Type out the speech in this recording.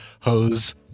hose